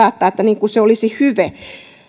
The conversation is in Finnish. tulevaisuudessa päättää niin kuin se olisi hyve